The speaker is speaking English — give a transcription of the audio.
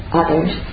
others